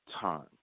time